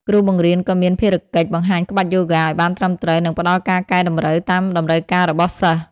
គ្រូបង្រៀនក៏មានភារកិច្ច បង្ហាញក្បាច់យូហ្គាឱ្យបានត្រឹមត្រូវ និងផ្តល់ការកែតម្រូវតាមតម្រូវការរបស់សិស្ស។